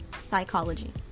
psychology